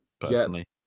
personally